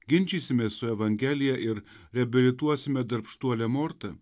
ginčysimės su evangelija ir reabilituosime darbštuolę mortą